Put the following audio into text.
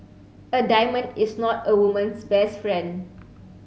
a diamond is not a woman's best friend